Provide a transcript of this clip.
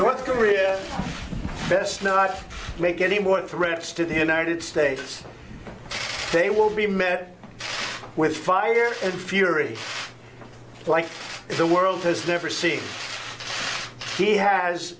north korea best not make any more threats to the united states they will be met with fire and fury like the world has never seen he has